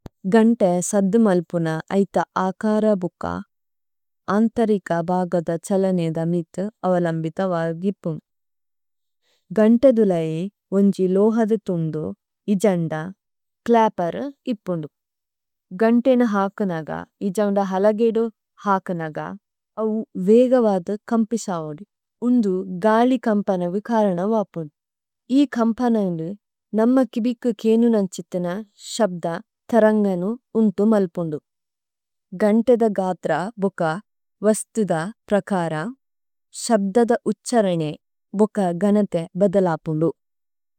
ഗന്തേ സദ്ദുമല്പുന ഐഥ ആകാര ബുക, അന്തരേക ബാഗദ ഛലനൈദ മിതു അവലമ്ബിത വാഗ് ഇപു। ഗന്തദുലൈ ഉന്ജി ലോഹദതുന്ദു, ഇജന്ദ, ക്ലഏപര ഇപു। ഗന്തേന ഹാകുനഗ, ഇജന്ദ ഹലഗേദു ഹാകുനഗ, അവു വേഗവദു കമ്പിസൌദു। ഉന്ദു ഗാലി കമ്പനഗു കരന വപു। ഇ കമ്പനഗു നമ്മ കിബികു കേനു നന്ഛിതുന ശബ്ദ തരന്ഗനു ഉന്ദുമല്പുന്ദു। ഗന്തേദ ഗാത്ര ബുക വസ്തുദ പ്രകാര, ശബ്ദദ ഉഛരനേ ബുക ഗനതേ ബേദലപുന്ദു।